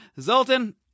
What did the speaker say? Zoltan